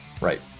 Right